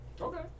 Okay